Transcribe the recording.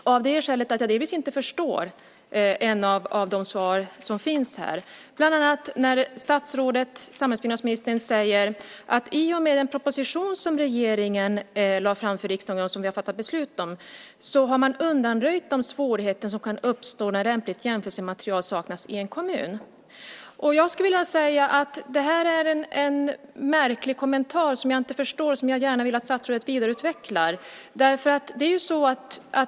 Jag förstår delvis inte ett av de svar som finns här. Det är bland annat när samhällsbyggnadsministern säger att genom den proposition som regeringen lade fram för riksdagen och som vi har fattat beslut om har man undanröjt de svårigheter som kan uppstå när lämpligt jämförelsematerial saknas i en kommun. Det är en märklig kommentar som jag inte förstår och som jag gärna vill att statsrådet vidareutvecklar.